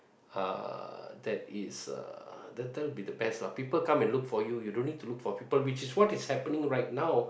uh that is uh that that will be the best lah people come and look for you you don't need to look for people which is what is happening right now